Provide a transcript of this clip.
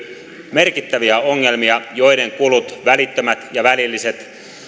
merkittäviä ongelmia joiden kulut välittömät ja välilliset